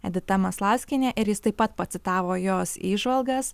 edita maslauskienė ir jis taip pat pacitavo jos įžvalgas